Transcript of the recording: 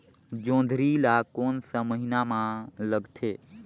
जोंदरी ला कोन सा महीन मां लगथे?